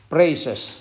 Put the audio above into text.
Praises